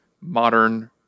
modern